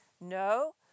No